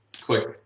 click